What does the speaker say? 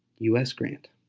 u s. grant.